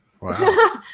Wow